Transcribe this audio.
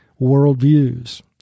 worldviews